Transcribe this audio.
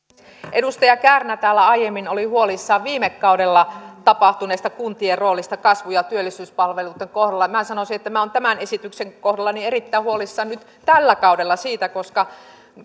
edustaja kärnä täällä aiemmin oli huolissaan viime kaudella tapahtuneesta kuntien roolista kasvu ja työllisyyspalveluitten kohdalla minä sanoisin että minä olen tämän esityksen kohdalla erittäin huolissani nyt tällä kaudella siitä koska